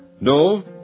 No